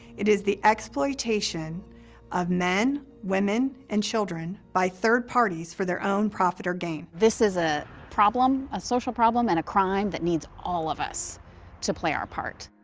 it is the exploitation of men, women, and children by third parties for their own profit or gain. this is a problem, a social problem, and a crime that needs all of us to play our part.